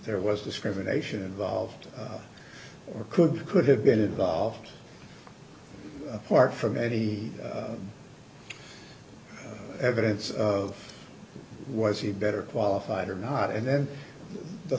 there was discrimination involved or could could have been involved apart from any evidence of was he better qualified or not and then the